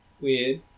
weird